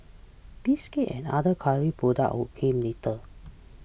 biscuits and other culinary products would came later